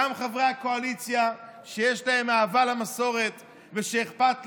גם חברי הקואליציה שיש להם אהבה למסורת ושאכפת להם,